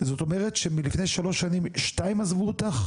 זאת אומרת שמלפני שלוש שנים שתיים עזבו אותך?